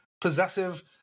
possessive